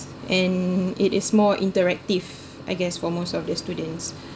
and it is more interactive I guess for most of the students